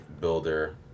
builder